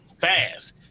fast